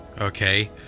Okay